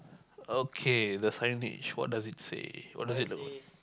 okay the signage what does it say what does it look